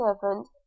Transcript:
servant